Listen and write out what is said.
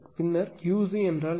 பின்னர் QC என்றால் என்ன